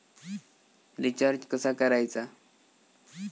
Recharge कसा करायचा?